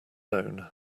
own